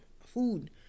food